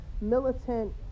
militant